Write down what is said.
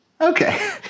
Okay